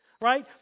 Right